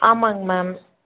ஆமாங்க மேம்